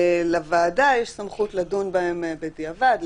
לוועדה יש סמכות לדון בהן בדיעבד,